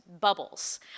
bubbles